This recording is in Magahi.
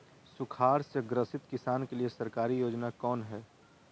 सुखाड़ से ग्रसित किसान के लिए सरकारी योजना कौन हय?